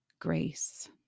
grace